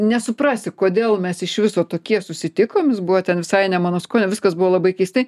nesuprasi kodėl mes iš viso tokie susitikom jis buvo ten visai ne mano skonio viskas buvo labai keistai